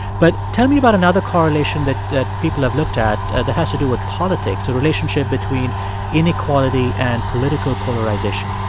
but tell me about another correlation that that people have looked at that has to do with politics, the relationship between inequality and political polarization